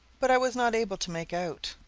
but i was not able to make out.